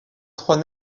trois